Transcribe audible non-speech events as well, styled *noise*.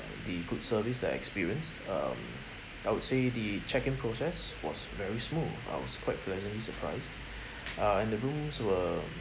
the good service that I experienced um I would say the check in process was very smooth I was quite pleasantly surprised *breath* uh and the rooms were